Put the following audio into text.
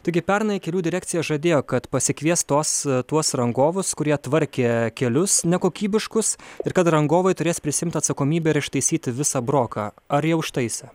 taigi pernai kelių direkcija žadėjo kad pasikvies tos tuos rangovus kurie tvarkė kelius nekokybiškus ir kad rangovai turės prisiimt atsakomybę ir ištaisyti visą broką ar jie užtaisė